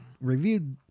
reviewed